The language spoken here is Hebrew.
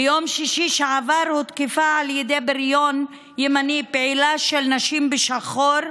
ביום שישי שעבר הותקפה על ידי בריון ימני פעילה של נשים בשחור,